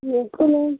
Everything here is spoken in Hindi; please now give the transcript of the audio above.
ये कोले